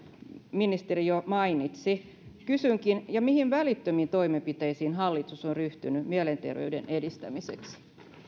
ministeri jo mainitsi kysynkin mihin välittömiin toimenpiteisiin hallitus on ryhtynyt mielenterveyden edistämiseksi